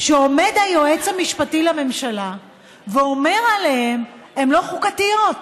שעומד היועץ המשפטי לממשלה ואומר עליהן: הן לא חוקתיות.